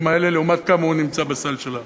האלה לעומת כמה הוא נמצא בסל של האחרים.